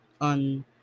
on